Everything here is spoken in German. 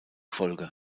folge